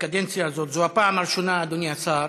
בקדנציה הזאת, זו הפעם הראשונה, אדוני השר,